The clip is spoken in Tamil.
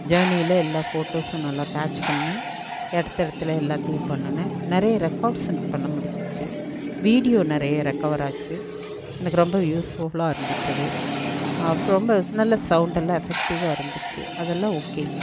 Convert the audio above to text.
ஜேர்னியில் எல்லா ஃபோட்டோஸும் நல்லா கேட்ச் பண்ணிணேன் இடத்த இடத்துலே எல்லாத்தையும் பண்ணினேன் நிறைய ரெக்கார்ட்ஸ்ஸன்னு பண்ண முடிஞ்சிச்சு வீடியோ நிறைய ரெக்கவராச்சு எனக்கு ரொம்ப யூஸ்ஸோஃபுலாக இருந்துச்சு அது அப்புறம் ரொம்ப ஸ் நல்ல சௌண்டெல்லாம் எஃபக்ட்டிவ்வாக இருந்துச்சு அதெலாம் ஓகே